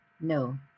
No